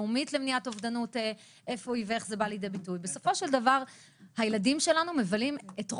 והאמת שבראיה מערכתית של